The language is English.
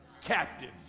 captive